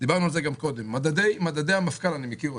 ודיברנו על זה גם קודם: את מדדי המפכ"ל אני מכיר.